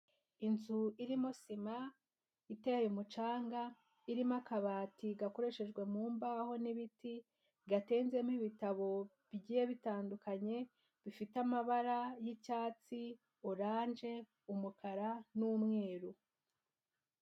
Inzu irimo sima iteye umucanga, irimo akabati gakoreshejwe mu mbaho n'ibiti, gatenzemo ibitabo bigiye bitandukanye, bifite amabara y'icyatsi, oranje, umukara n'umweru.